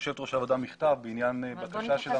ליושבת ראש הוועדה מכתב בעניין בקשה שלנו